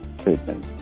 treatment